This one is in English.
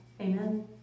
Amen